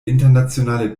internationale